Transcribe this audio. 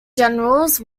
generals